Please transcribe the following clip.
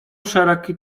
szeroki